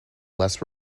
less